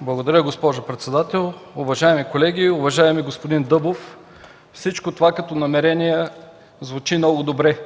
Благодаря, госпожо председател. Уважаеми колеги! Уважаеми господин Дъбов, всичко това като намерения звучи много добре.